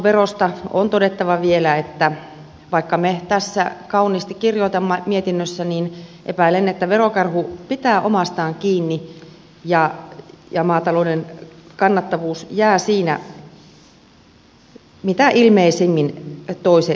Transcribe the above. vakuutusmaksuverosta on todettava vielä että vaikka me tässä kauniisti kirjoitamme mietinnössä niin epäilen että verokarhu pitää omastaan kiinni ja maatalouden kannattavuus jää siinä mitä ilmeisimmin toiseksi